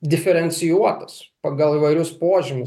diferencijuotas pagal įvarius požymius